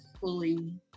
fully